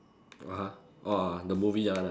!wah! !whoa! the movie that one ah